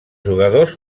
jugadors